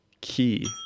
key